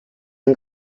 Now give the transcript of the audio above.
and